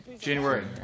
January